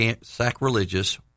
sacrilegious